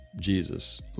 Jesus